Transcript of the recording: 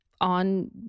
on